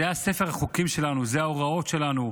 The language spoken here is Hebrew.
זה ספר החוקים שלנו, זה ההוראות שלנו,